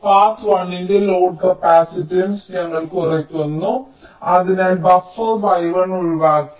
path 1 ന്റെ load capacitance ഞങ്ങൾ കുറയ്ക്കുന്നു അതിനാൽ ബഫർ y1 ഒഴിവാക്കി